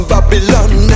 Babylon